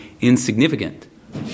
insignificant